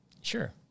Sure